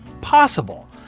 possible